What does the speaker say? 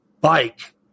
bike